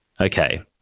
okay